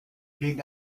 gegen